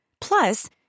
Plus